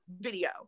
video